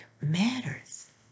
matters